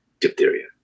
diphtheria